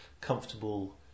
comfortable